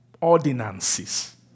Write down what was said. ordinances